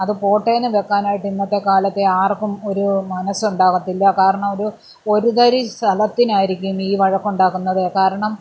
അത് പോട്ടേയെന്ന് വെക്കാനായിട്ട് ഇന്നത്തെക്കാലത്തെ ആർക്കും ഒരു മനസ്സുണ്ടാവത്തില്ല കാരണമൊരു ഒരു ഒരുതരി സ്ഥലത്തിനായിരിക്കും ഈ വഴക്കുണ്ടാക്കുന്നത് കാരണം